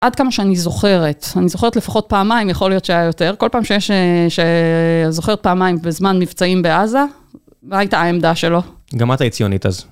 עד כמה שאני זוכרת, אני זוכרת לפחות פעמיים, יכול להיות שהיה יותר, כל פעם שזוכרת פעמיים בזמן מבצעים בעזה, מה הייתה העמדה שלו? גם את היית ציונית אז.